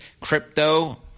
Crypto